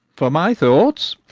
for my thoughts,